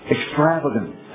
extravagant